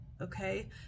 okay